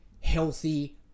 healthy